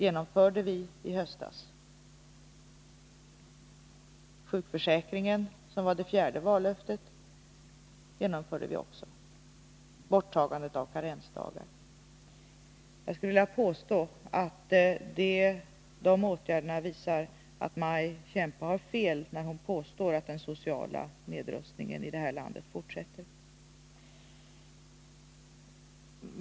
Det fjärde vallöftet gällde sjukförsäkringen — borttagandet av karensdagar — och vi infriade även detta. Jag skulle vilja påstå att dessa åtgärder visar att Maj Kempe har fel när hon påstår att den sociala nedrustningen i det här landet fortsätter.